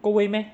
够位 meh